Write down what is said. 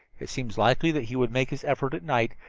it seems likely that he would make his effort at night,